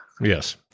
Yes